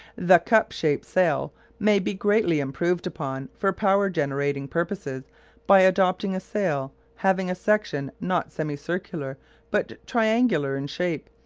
the cup-shaped sail may be greatly improved upon for power-generating purposes by adopting a sail having a section not semicircular but triangular in shape,